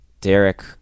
Derek